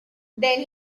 then